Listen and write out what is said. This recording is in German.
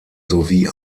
sowie